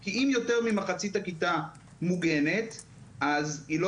כי אם יותר ממחצית הכיתה מוגנת אז היא לא